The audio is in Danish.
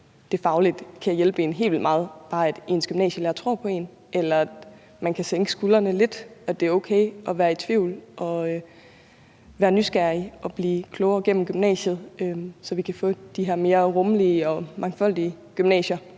en, fagligt kan hjælpe en helt vildt meget, eller at man kan sænke skuldrene lidt, i forhold til at det er okay at være i tvivl og være nysgerrig og blive klogere gennem gymnasiet, så vi kan få de her mere rummelige og mangfoldige gymnasier